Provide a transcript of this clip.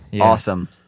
Awesome